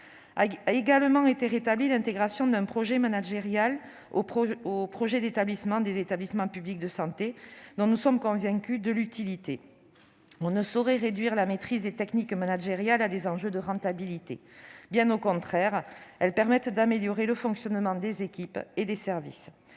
A également été rétablie l'intégration d'un projet managérial au projet d'établissement des établissements publics de santé ; nous sommes convaincus de son utilité. On ne saurait réduire la maîtrise des techniques managériales à des enjeux de rentabilité. Bien au contraire, elles permettent d'améliorer le fonctionnement des équipes et des services.